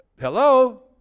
Hello